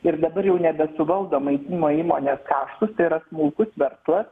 ir dabar jau nebesuvaldomai ima įmonės kaštus tai yra smulkus verslas